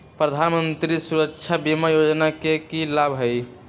प्रधानमंत्री सुरक्षा बीमा योजना के की लाभ हई?